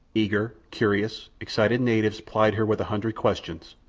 eager, curious, excited natives plied her with a hundred questions,